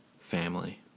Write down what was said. family